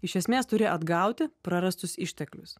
iš esmės turi atgauti prarastus išteklius